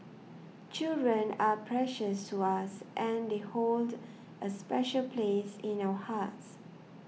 children are precious to us and they hold a special place in our hearts